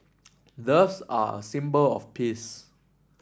doves are a symbol of peace